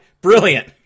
Brilliant